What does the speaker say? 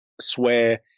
swear